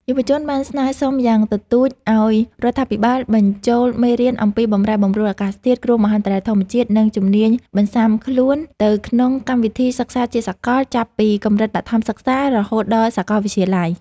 យុវជនបានស្នើសុំយ៉ាងទទូចឱ្យរដ្ឋាភិបាលបញ្ចូលមេរៀនអំពីបម្រែបម្រួលអាកាសធាតុ គ្រោះមហន្តរាយធម្មជាតិ និងជំនាញបន្ស៊ាំខ្លួនទៅក្នុងកម្មវិធីសិក្សាជាសកល ចាប់ពីកម្រិតបឋមសិក្សារហូតដល់សាកលវិទ្យាល័យ។